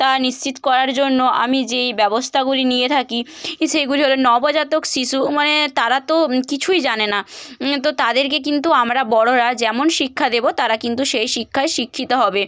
তা নিশ্চিত করার জন্য আমি যেই ব্যবস্থাগুলি নিয়ে থাকি ই সেগুলি হলো নবজাতক শিশু মানে তারা তো কিছুই জানে না তো তাদেরকে কিন্তু আমরা বড়রা যেমন শিক্ষা দেবো তারা কিন্তু সেই শিক্ষায় শিক্ষিত হবে